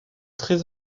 très